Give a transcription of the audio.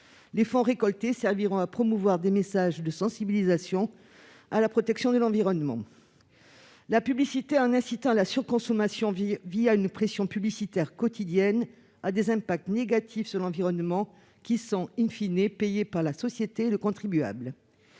Les fonds recueillis serviront à promouvoir des messages de sensibilisation à la protection de l'environnement. La publicité, en incitant à la surconsommation une pression quotidienne, a des effets négatifs sur l'environnement, qui sont,, payés par la société et le contribuable.